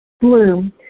bloom